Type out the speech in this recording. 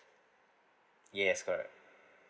yes correct